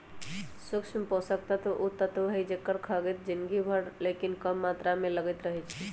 सूक्ष्म पोषक तत्व उ तत्व हइ जेकर खग्गित जिनगी भर लेकिन कम मात्र में लगइत रहै छइ